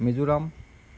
Mizoram